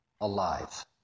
alive